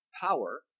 power